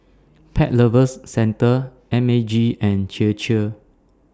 Pet Lovers Centre M A G and Chir Chir